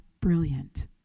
brilliant